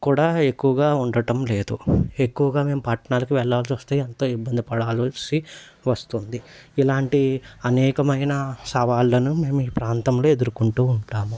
కూడా ఎక్కువగా ఉండటం లేదు ఎక్కువగా మేము పట్టణాలకు వెళ్లాల్సి వస్తే ఎంత ఇబ్బంది పడాల్సి వస్తుంది ఇలాంటి అనేకమైన సవాళ్ళను మేము ఈ ప్రాంతంలో ఎదుర్కొంటూ ఉంటాము